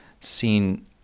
seen